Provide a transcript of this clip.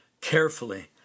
Carefully